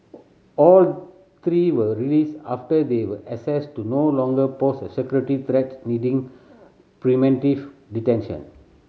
all three were released after they were assessed to no longer pose a security threat needing preventive detention